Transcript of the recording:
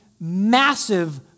massive